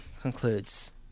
concludes